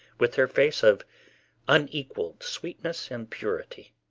with her face of unequalled sweetness and purity.